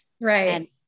Right